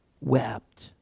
wept